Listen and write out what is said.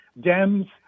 Dems